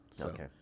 Okay